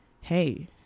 hey